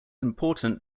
important